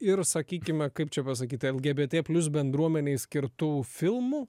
ir sakykime kaip čia pasakyt lgbt plius bendruomenei skirtų filmų